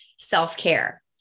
Self-care